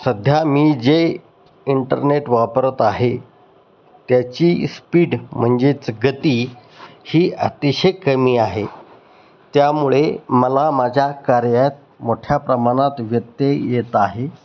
सध्या मी जे इंटरनेट वापरत आहे त्याची स्पीड म्हणजेच गती ही अतिशय कमी आहे त्यामुळे मला माझ्या कार्यात मोठ्या प्रमाणात व्यत्यय येत आहे